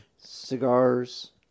Cigars